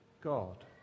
God